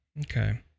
Okay